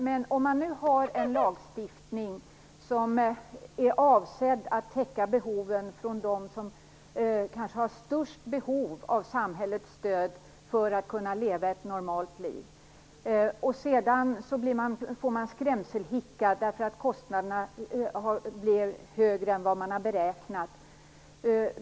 Fru talman! Men syftet med lagstiftningen är ju att täcka behoven för dem som kanske har störst behov av samhällets stöd för att kunna leva ett normalt liv. Sedan får man skrämselhicka därför att kostnaderna blev högre än man hade beräknat.